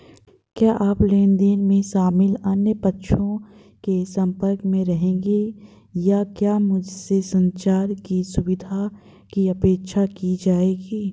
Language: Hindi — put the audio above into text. क्या आप लेन देन में शामिल अन्य पक्षों के संपर्क में रहेंगे या क्या मुझसे संचार की सुविधा की अपेक्षा की जाएगी?